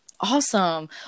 Awesome